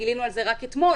גילינו על זה רק אתמול,